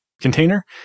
container